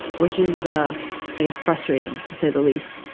which is, ah i guess, frustrating, to say the least.